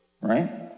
right